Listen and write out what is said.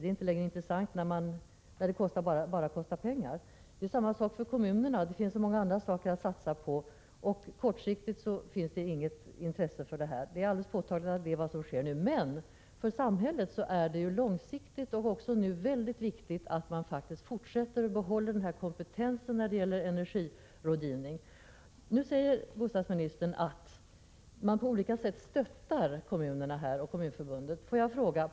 Det är inte längre intressant när det bara kostar pengar. Detsamma gäller för kommunerna — det finns så många andra saker att satsa på. Kortsiktigt sett finns det inget intresse för energibesparing — det är alldeles påtagligt att så är fallet i dag. För samhället är det emellertid långsiktigt och även i dag mycket viktigt att man fortsätter arbetet och behåller kompetensen när det gäller energirådgivning. Bostadsministern säger att man på olika sätt stöttar kommunerna och Kommunförbundet.